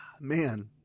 Man